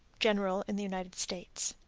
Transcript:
general in the united states.